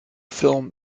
film